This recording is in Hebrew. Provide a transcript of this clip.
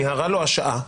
מיהרה לו השעה,